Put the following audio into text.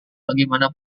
bagaimana